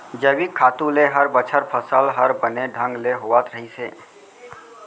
जैविक खातू ले हर बछर फसल हर बने ढंग ले होवत रहिस हे